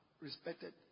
respected